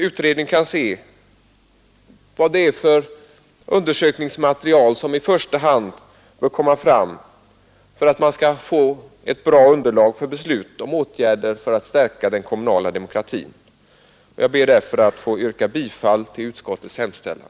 Utredningen kan se vad det är för undersökningsmaterial som i första hand bör komma fram för att man skall få ett bra underlag för beslut om åtgärder för att stärka den kommunala demokratin. Jag ber därför att få yrka bifall till utskottets hemställan.